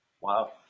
Wow